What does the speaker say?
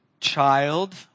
child